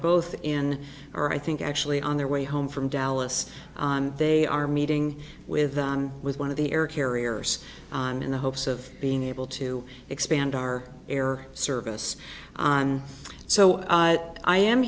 both in our i think actually on their way home from dallas and they are meeting with with one of the air carriers in the hopes of being able to expand our air service on so i i am